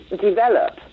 develop